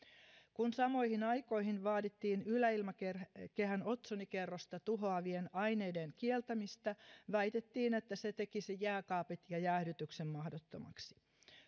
kun samoihin aikoihin vaadittiin yläilmakehän otsonikerrosta tuhoavien aineiden kieltämistä väitettiin että se tekisi jääkaapit ja jäähdytyksen mahdottomaksi